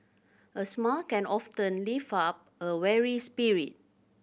a smile can often lift up a weary spirit